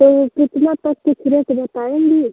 तो ये कितना तक कुछ रेट बातएँगी